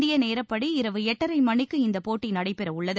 இந்திய நேரப்படி இரவு எட்டரை மணிக்கு இந்தப் போட்டி நடைபெற உள்ளது